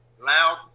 Loud